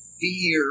fear